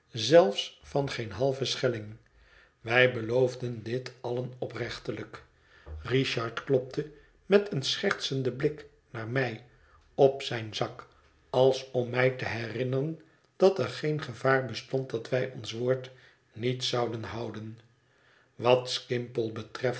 zelfs van geen halven schelling wij beloofden dit allen oprechtelijk richard klopte met een schertsenden blik naar mij op zijn zak als om mij te herinneren dat er geen gevaar bestond dat wij ons woord niet zouden houden wat skimpole betreft